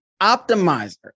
optimizer